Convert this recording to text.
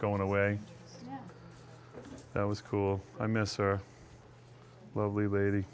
going away that was cool i miss her lovely lady